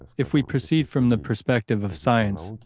if we proceed from the perspective of science,